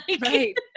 right